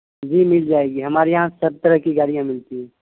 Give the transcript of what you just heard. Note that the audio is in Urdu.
جی مل جائے گی ہمارے یہاں سب طرح کی گاڑیاں ملتی ہیں